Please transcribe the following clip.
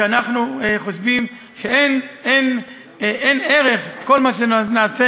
כי אנחנו חושבים שאין ערך לכל מה שנעשה,